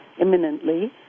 imminently